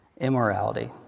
Immorality